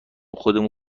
خودم